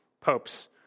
popes